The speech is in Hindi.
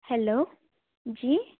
हल्लो जी